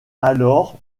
alors